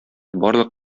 барлык